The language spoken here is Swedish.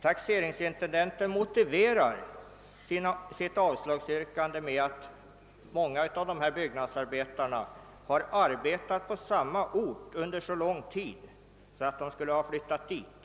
Taxeringsintendenten har motiverat sitt avslagsyrkande med att många av dessa byggnadsarbetare har arbetat på samma ort under så lång tid att de borde flyttat dit.